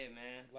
man